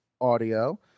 audio